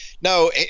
no